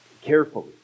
Carefully